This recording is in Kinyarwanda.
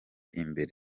imbere